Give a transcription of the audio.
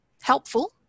helpful